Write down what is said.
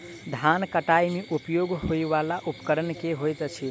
धान कटाई मे उपयोग होयवला उपकरण केँ होइत अछि?